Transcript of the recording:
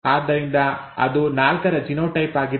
ಆದ್ದರಿಂದ ಅದು 4ರ ಜೀನೋಟೈಪ್ ಆಗಿದೆ